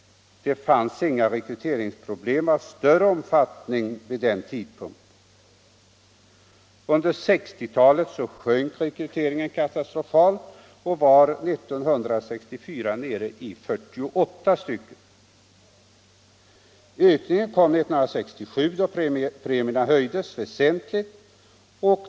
Då fanns inga rekryteringsproblem av större omfattning. Under 1960-talet sjönk rekryteringen katastrofalt och var 1964 nere i 48 aspiranter. En ökning kom 1967 då premierna höjdes väsentligt.